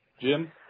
Jim